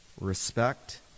respect